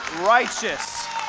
righteous